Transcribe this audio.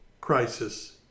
crisis